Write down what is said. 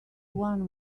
one